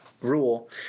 rule